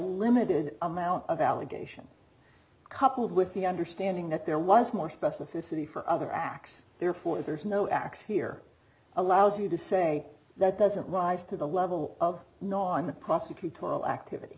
limited amount of allegation coupled with the understanding that there was more specificity for other acts therefore there is no x here allows you to say that doesn't rise to the level of no